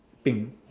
pink